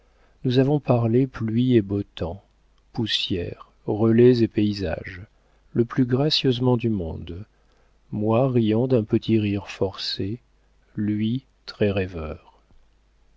nous avons parlé pluie et beau temps poussière relais et paysage le plus gracieusement du monde moi riant d'un petit rire forcé lui très rêveur